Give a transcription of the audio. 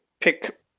pick